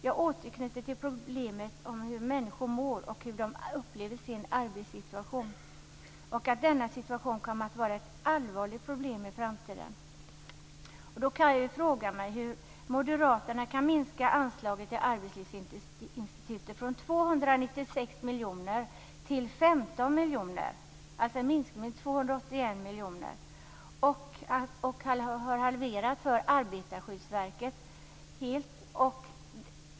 Jag återknyter till problemet med hur människor mår och hur de upplever sin arbetssituation. Denna situation kommer att vara ett allvarligt problem i framtiden. Då frågar jag mig hur Moderaterna kan minska anslaget till Arbetslivsinstitutet från 296 miljoner till 15 miljoner. Det är alltså en minskning med 281 miljoner. Dessutom vill man halvera anslaget till Arbetarskyddsverket.